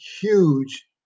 huge